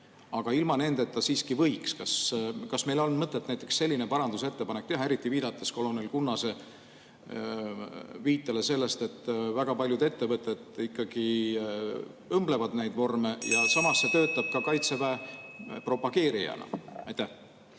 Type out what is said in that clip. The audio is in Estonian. aga ilma nendeta siiski võiks? Kas meil on mõtet näiteks selline parandusettepanek teha, eriti [mõeldes] kolonel Kunnase viitele sellest, et väga paljud ettevõtted ikkagi õmblevad neid vorme ja samas see töötab ka Kaitseväe propageerijana?